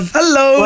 Hello